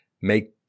make